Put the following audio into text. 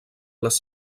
les